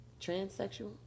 Transsexual